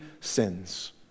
sins